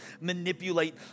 manipulate